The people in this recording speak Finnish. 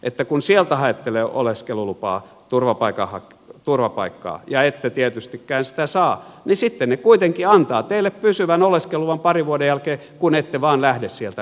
että kun sieltä haette oleskelulupaa turvapaikkaa ja ette tietystikään sitä saa niin sitten ne kuitenkin antavat teille pysyvän oleskeluluvan parin vuoden jälkeen kun ette vain lähde sieltä mihinkään